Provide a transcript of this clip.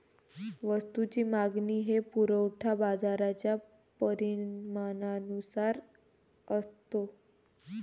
वस्तूची मागणी व पुरवठा बाजाराच्या परिणामानुसार असतो